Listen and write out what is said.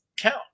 count